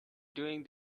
doing